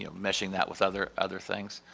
you know meshing that with other other things,